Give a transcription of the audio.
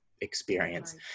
experience